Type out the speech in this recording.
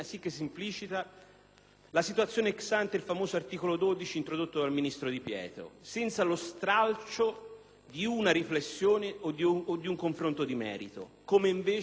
la situazione *ex ante* il famoso articolo 12 introdotto dal ministro Di Pietro, senza lo straccio di una riflessione o di un confronto di merito, come invece avrebbe meritato.